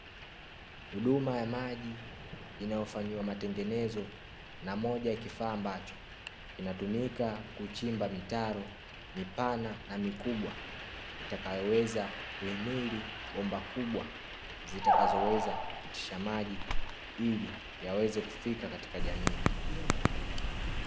Huduma ya maji inayofanyiwa matengenezo na moja ya kifaa, ambacho kinatumika kuchimba mitaro mipana na mikubwa, itakayoweza kuhimili bomba kubwa zitakazo weza kupitisha maji ili yaweze kufika katika jamii.